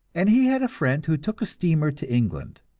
and he had a friend who took a steamer to england.